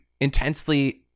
intensely